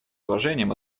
уважением